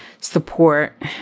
support